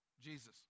Jesus